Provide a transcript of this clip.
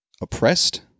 oppressed